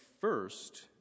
first